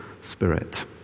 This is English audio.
spirit